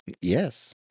Yes